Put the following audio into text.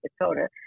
Dakota